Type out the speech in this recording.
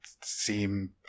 seem